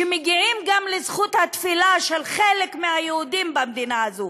שמגיעים גם לזכות התפילה של חלק מהיהודים במדינה הזו.